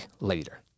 later